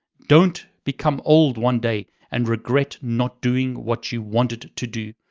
don't become old one day and regret not doing what you wanted to do.